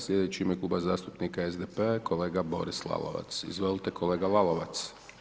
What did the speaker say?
Slijedeći u ime Kluba zastupnika SDP-a je kolega Boris Lalovac, izvolte kolega Lalovac.